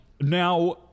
Now